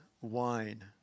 wine